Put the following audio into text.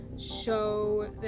show